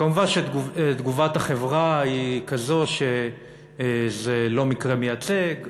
כמובן, תגובת החברה היא כזו שזה לא מקרה מייצג,